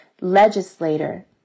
legislator